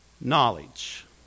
Knowledge